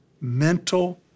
mental